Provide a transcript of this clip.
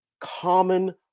common